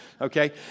okay